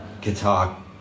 guitar